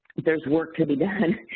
there's work to be done.